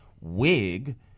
Wig